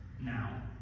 now